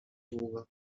długo